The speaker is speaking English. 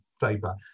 paper